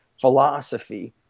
philosophy